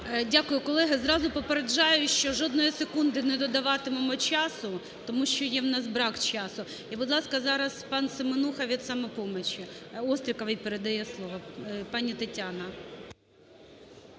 Дякую. Колеги, зразу попереджаю, що жодної секунди не додаватимемо часу, тому що є у нас брак часу. І, будь ласка, зараз пан Семенуха від "Самопомочі", Остріковій передає слово.